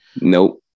Nope